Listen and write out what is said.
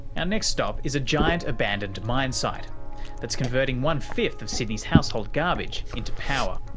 and next stop is a giant abandoned mine site that's converting one-fifth of sydney's household garbage into power.